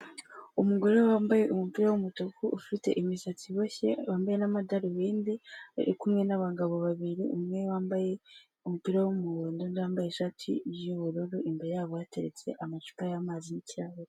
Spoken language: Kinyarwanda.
Umugore wambaye umupira wumutuku ufite imisatsi iboshye wambaye n'amadarubindi. Ari kumwe nabagabo babiri umwe wambaye umupira wumuhondo yambaye ishati yubururu imbere yabo yateretse amacupa yamazi n'icyayi.